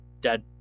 Dead